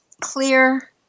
clear